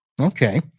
Okay